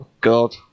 god